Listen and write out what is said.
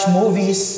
movies